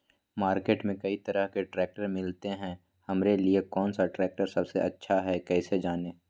Market में कई तरह के ट्रैक्टर मिलते हैं हमारे लिए कौन सा ट्रैक्टर सबसे अच्छा है कैसे जाने?